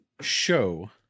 show